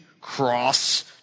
cross